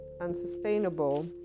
unsustainable